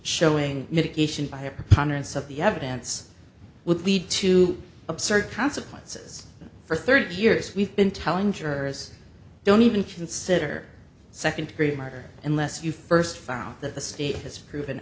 showing mitigation by a preponderance of the evidence would lead to absurd consequences for thirty years we've been telling jurors don't even consider second degree murder unless you first found that the state has proven